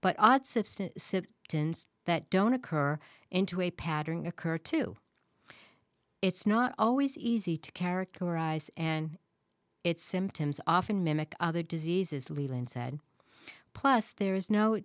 substance that don't occur into a pattern occur to it's not always easy to characterize and its symptoms often mimic other diseases leeland said plus there is no